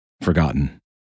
forgotten